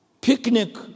picnic